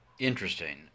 Interesting